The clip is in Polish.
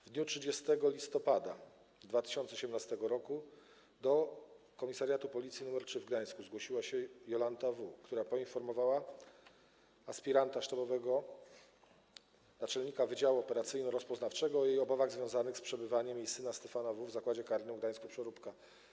W dniu 30 listopada 2018 r. do Komisariatu Policji nr III w Gdańsku zgłosiła się Jolanta W., która poinformowała aspiranta sztabowego, naczelnika Wydziału Operacyjno-Rozpoznawczego o jej obawach związanych z przebywaniem jej syna Stefana W. w Zakładzie Karnym w Gdańsku-Przeróbce.